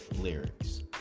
lyrics